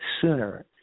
sooner